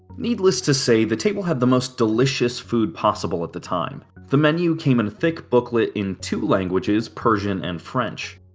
needless to say, the table had the most delicious food possible at the time. the menu came in a thick booklet in two languages persian and french.